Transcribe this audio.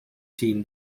teen